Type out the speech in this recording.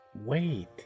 Wait